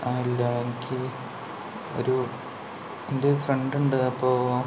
അല്ല എനിക്ക് ഒരു എൻ്റെ ഒരു ഫ്രൻ്റ ഉണ്ട് അപ്പോൾ